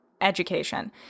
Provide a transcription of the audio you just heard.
education